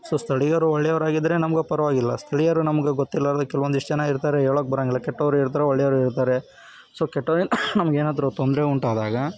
so ಸ್ಥಳೀಯರು ಒಳ್ಳೆಯವ್ರು ಆಗಿದ್ದರೆ ನಮ್ಗೆ ಪರವಾಗಿಲ್ಲ ಸ್ಥಳೀಯರು ನಮಗೆ ಗೊತ್ತಿರ್ಲಾರ್ದೆ ಕೆಲವೊಂದಿಷ್ಟು ಜನ ಇರ್ತಾರೆ ಹೇಳೋಕೆ ಬರೋಂಗಿಲ್ಲ ಕೆಟ್ಟವರು ಇರ್ತಾರೆ ಒಳ್ಳೆಯವರು ಇರ್ತಾರೆ ಸೊ ಕೆಟ್ಟವ್ರಿಂದ ನಮಗೇನಾದ್ರು ತೊಂದರೆ ಉಂಟಾದಾಗ